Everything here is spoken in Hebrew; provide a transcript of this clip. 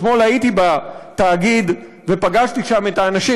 אתמול הייתי בתאגיד ופגשתי שם את האנשים,